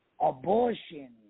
abortion